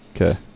Okay